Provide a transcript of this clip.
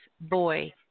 boy